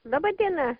laba diena